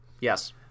Yes